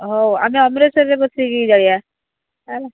ହେଉ ଆମେ ଅମରେଶ୍ୱରରେ ବସିକି ଜାଳିବା ହେଲା